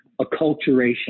acculturation